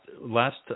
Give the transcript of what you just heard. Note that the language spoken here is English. last